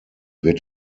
wird